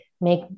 make